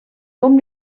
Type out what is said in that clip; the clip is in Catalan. com